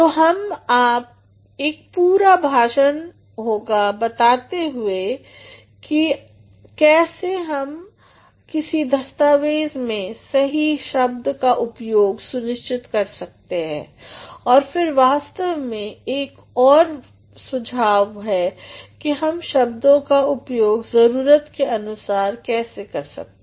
तो हम एक पूरा भाषण होगा बताते हुए कि कैसे हम किसी दस्तावेज़ में सही शब्द का उपयोग सुनिश्चित कर सकते हैं और फिर वास्तव में एक और फिर एक सुझाव कि हमें शब्दों का उपयोग जरूरत के अनुसार करना चाहिए